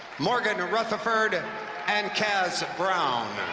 morgan and rutherford and and kaz brown.